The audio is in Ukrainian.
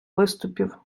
виступів